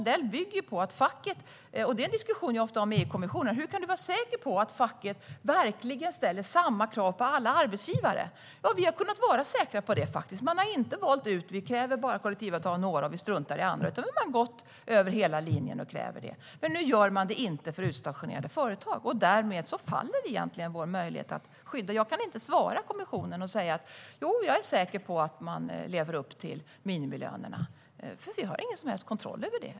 Det är en diskussion jag ofta har med EU-kommissionen: Hur kan man vara säker på att facket verkligen ställer samma krav på alla arbetsgivare? Ja, vi har faktiskt kunnat vara säkra på det. Man har inte sagt "Vi kräver bara kollektivavtal av några och struntar i andra", utan man har krävt det över hela linjen. Men nu gör man det inte för utstationerande företag, och därmed faller vår möjlighet att skydda. Jag kan inte säga till kommissionen att jag är säker på att dessa företag lever upp till minimilönerna, för vi har ingen som helst kontroll över det.